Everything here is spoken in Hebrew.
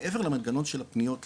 מעבר למנגנון של הפניות לתאגידים,